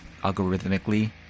algorithmically